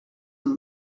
amb